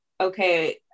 okay